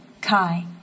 Kai